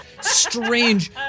strange